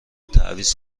تعویض